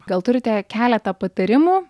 gal turite keletą patarimų